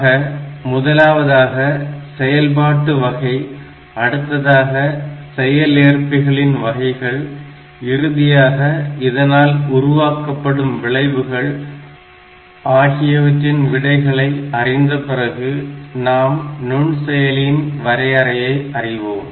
ஆக முதலாவதாக செயல்பாட்டு வகை அடுத்ததாக செயல்ஏற்பிகளின் வகைகள் இறுதியாக இதனால் உருவாக்கப்படும் விளைவுகள் ஆகியவற்றின் விடைகளை அறிந்த பிறகு நாம் நுண்செயலியின் வரையறையை அறிவோம்